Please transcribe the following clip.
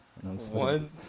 One